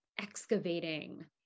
excavating